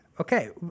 Okay